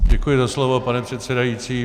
Děkuji za slovo, pane předsedající.